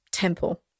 temple